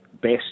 best